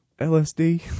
LSD